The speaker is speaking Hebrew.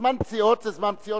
זמן פציעות זה זמן פציעות,